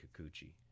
Kikuchi